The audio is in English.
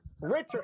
Richard